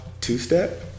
two-step